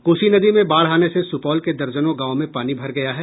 कोसी नदी में बाढ़ आने से सुपौल के दर्जनों गांव में पानी भर गया है